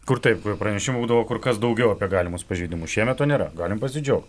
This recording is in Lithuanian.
kur taip pranešimų būdavo kur kas daugiau apie galimus pažeidimus šiemet to nėra galim pasidžiaugt